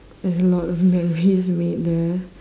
there's a lot of memories made there